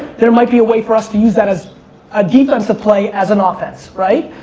there might be a way for us to use that as a defensive play as an ah offense, right?